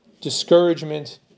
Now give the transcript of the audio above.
discouragement